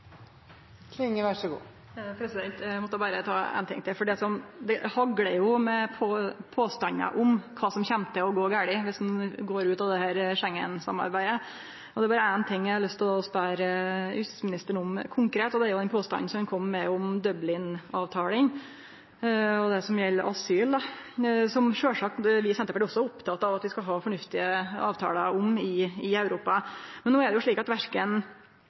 ta éin ting til, for det haglar med påstandar om kva som kjem til å gå gale dersom ein går ut av Schengen-samarbeidet. Det er berre éin ting eg har lyst til å spørje justisministeren om, konkret. Det er den påstanden han kom med om Dublin-avtalen og det som gjeld asyl, som òg vi i Senterpartiet sjølvsagt er opptekne av at vi skal ha fornuftige avtalar om i Europa. Men no er det jo slik at verken